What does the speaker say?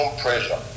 pressure